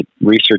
research